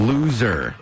Loser